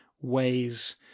ways